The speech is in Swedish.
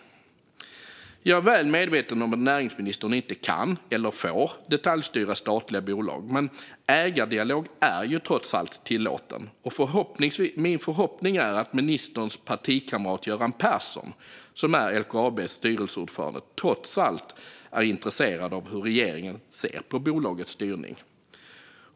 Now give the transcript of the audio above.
Jag är väl medveten om att näringsministern inte kan eller får detaljstyra statliga bolag, men ägardialog är trots allt tillåten. Min förhoppning är att ministerns partikamrat Göran Persson, som är LKAB:s styrelseordförande, trots allt är intresserad av hur regeringen ser på bolagets styrning.